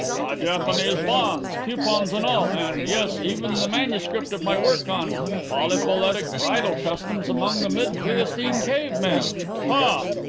my japanese bonds, coupons and all, and yes, even the manuscript of my work on polyphyletic bridal customs among the mid-pleistocene cave men hah!